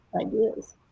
ideas